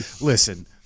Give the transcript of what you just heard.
Listen